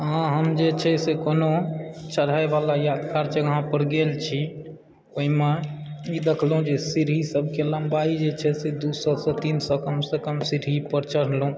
हँ हम जे छै से कोनो चढ़यवला या ओहन जगह पर गेल छी ओहिमे ई देखलहुँ जे सीढ़ीसभकेँ लम्बाइ जे छै से दू सए तीन सए कमसँ कम सीढ़ी पर चढ़लहुँ